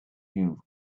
you